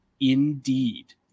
Indeed